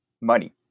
money